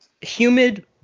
Humid